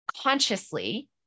consciously